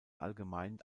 allgemein